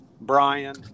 Brian